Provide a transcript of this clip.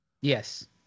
Yes